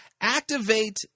Activate